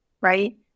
right